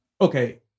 okay